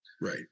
Right